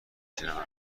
شنوم